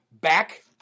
back